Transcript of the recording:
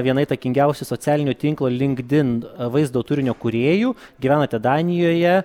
viena įtakingiausių socialinio tinklo linkdin vaizdo turinio kūrėjų gyvenate danijoje